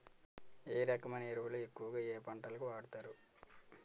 ఏ రకమైన ఎరువులు ఎక్కువుగా ఏ పంటలకు వాడతారు?